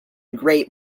great